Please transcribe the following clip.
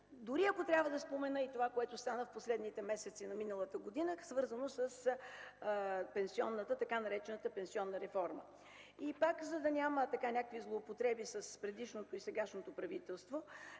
Дори ако трябва да спомена и това, което стана в последните месеци на миналата година, свързано с така наречената пенсионна реформа. И пак за да няма някакви злоупотреби с предишното и сегашното правителство,